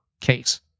case